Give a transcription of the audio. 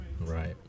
right